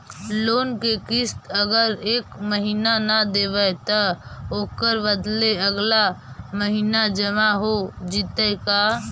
Loan के किस्त अगर एका महिना न देबै त ओकर बदले अगला महिना जमा हो जितै का?